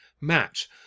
match